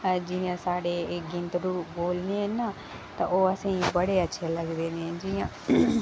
जियां एह् साढ़े गीतड़ू ओह् बी ऐ ना ते ओह् असेंगी बहुत अच्छे लगदे न जियां